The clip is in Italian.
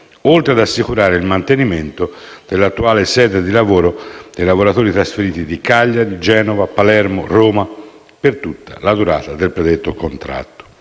oltre ad assicurare il mantenimento dell'attuale sede di lavoro dei lavoratori trasferiti di Cagliari, Genova, Palermo e Roma per tutta la durata del predetto contratto.